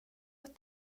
att